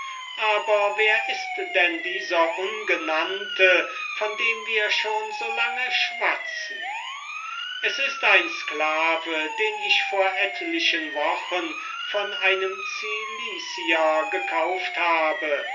aber wer ist denn dieser ungenannte von dem wir schon so lange schwatzen es ist ein sklave den ich vor etlichen wochen von einem cilicier gekauft habe